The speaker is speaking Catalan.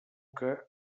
que